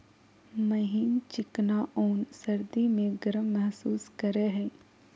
महीन चिकना ऊन सर्दी में गर्म महसूस करेय हइ